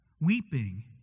weeping